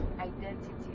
identity